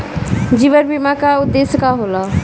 जीवन बीमा का उदेस्य का होला?